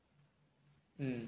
mm